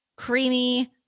Creamy